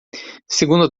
segundo